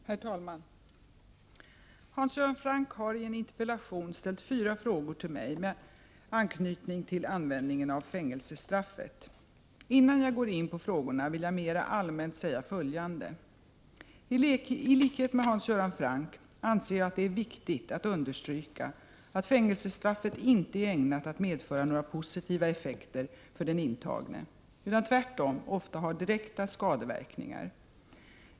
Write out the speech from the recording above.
Herr talman! Hans Göran Franck har i en interpellation ställt fyra frågor till mig med anknytning till användningen av fängelsestraffet. Innan jag går in på dessa frågor vill jag mera allmänt säga följande. I likhet med Hans Göran Franck anser jag att det är viktigt att understryka att fängelsestraffet inte är ägnat att medföra några positiva effekter för den intagne utan tvärtom ofta har direkta skadeverkningar.